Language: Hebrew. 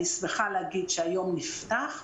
אני שמחה להגיד שהיום נפתח,